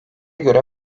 göre